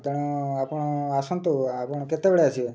ତେଣୁ ଆପଣ ଆସନ୍ତୁ ଆପଣ କେତେବେଳେ ଆସିବେ